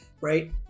right